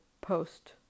post